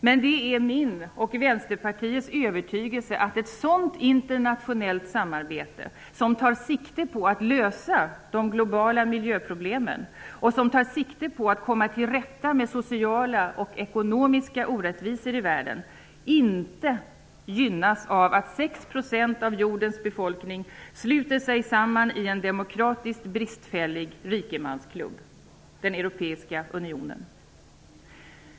Men det är min och Vänsterpartiets övertygelse att ett sådant internationellt samarbete som tar sikte på att lösa de globala miljöproblemen och på att komma till rätta med sociala och ekonomiska orättvisor i världen inte gynnas av att 6 % av jordens befolkning sluter sig samman i en demokratiskt bristfällig rikemansklubb -- den europeiska unionen.